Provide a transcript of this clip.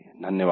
धन्यवाद